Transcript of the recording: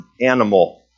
animal